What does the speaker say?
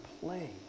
play